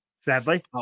sadly